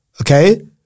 okay